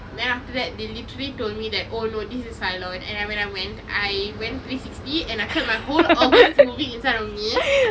then after that they literally told me that oh no this is Cylon and I when I went I went three sixty and I felt my whole organs moving inside of me